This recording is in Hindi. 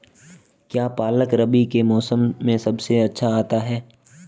क्या पालक रबी के मौसम में सबसे अच्छा आता है?